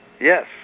Yes